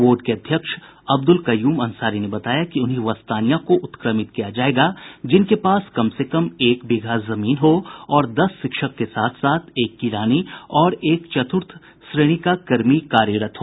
board के अध्यक्ष अब्दुल कयूम अंसारी ने बताया कि उन्हीं वस्तानिया को उत्क्रमित किया जायेगा जिनके पास कम से कम एक बीघा जमीन हो और दस शिक्षक के साथ साथ एक किरानी और एक चतुर्थ श्रेणी का कर्मी कार्यरत हो